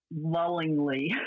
lullingly